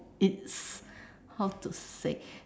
it's how to say